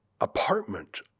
apartment